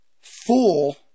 Fool